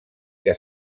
que